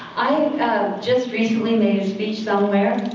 i just recently made a speech somewhere.